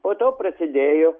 po to prasidėjo